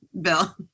Bill